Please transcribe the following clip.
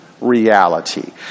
reality